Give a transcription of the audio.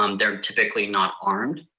um they're typically not armed.